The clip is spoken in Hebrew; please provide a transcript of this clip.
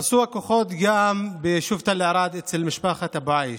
הרסו הכוחות גם ביישוב תל ערד אצל משפחת אבו עייש,